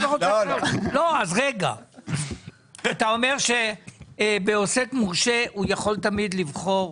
אתה אומר שעוסק מורשה יכול תמיד לבחור,